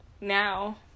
now